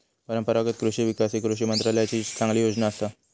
परंपरागत कृषि विकास ही कृषी मंत्रालयाची चांगली योजना असा